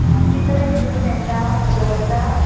चितळेचे बी मेळटा तुमी दवरता